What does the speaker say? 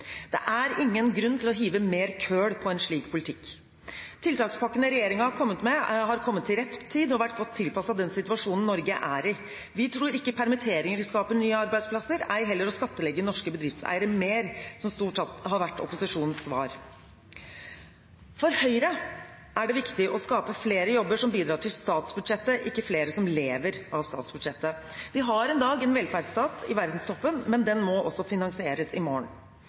Det er ingen grunn til å hive «mer «køl»» på en slik politikk. Tiltakspakkene regjeringen har kommet med, har kommet til rett tid og vært godt tilpasset den situasjonen Norge er i. Vi tror ikke permitteringer vil skape nye arbeidsplasser, ei heller å skattlegge norske bedriftseiere mer, som stort sett har vært opposisjonens svar. For Høyre er det viktig å skape flere jobber som bidrar til statsbudsjettet, ikke flere som lever av statsbudsjettet. Vi har i dag en velferdsstat i verdenstoppen, men den må også finansieres i morgen.